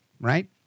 Right